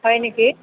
হয় নেকি